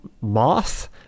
Moth